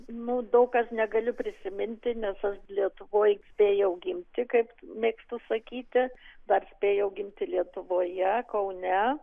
nu daug kas negaliu prisiminti nes aš lietuvoj spėjau gimti kaip mėgstu sakyti dar spėjau gimti lietuvoje kaune